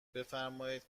بفرمایید